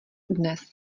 dnes